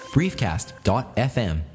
briefcast.fm